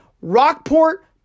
Rockport